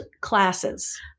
classes